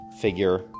figure